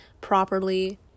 properly